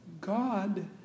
God